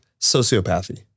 sociopathy